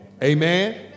Amen